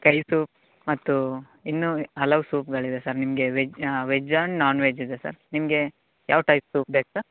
ಕೈ ಸೂಪ್ ಮತ್ತು ಇನ್ನು ಹಲವು ಸೂಪ್ಗಳಿವೆ ಸರ್ ನಿಮಗೆ veg veg and non veg ಇದೆ ಸರ್ ನಿಮಗೆ ಯಾವ ಟೈಪ್ ಸೂಪ್ ಬೇಕು ಸರ್